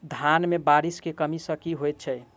धान मे बारिश केँ कमी सँ की होइ छै?